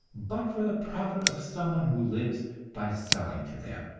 but for the profit of some one who lives by selling to them.